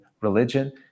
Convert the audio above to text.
religion